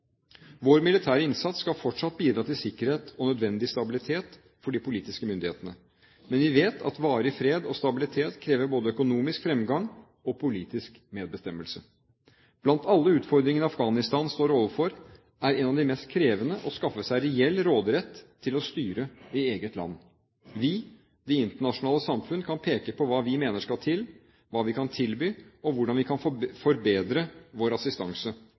Vår militære innsats skal fortsatt bidra til sikkerhet og nødvendig stabilitet for de politiske myndighetene. Men vi vet at varig fred og stabilitet krever både økonomisk fremgang og politisk medbestemmelse. Blant alle utfordringer Afghanistan står overfor, er en av de mest krevende å skaffe seg reell råderett til å styre i eget land. Vi, det internasjonale samfunn, kan peke på hva vi mener skal til, hva vi kan tilby, og hvordan vi kan forbedre vår assistanse.